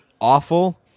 awful